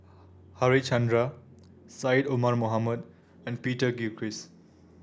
Harichandra Syed Omar Mohamed and Peter Gilchrist